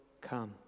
come